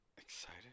Excited